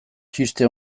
txiste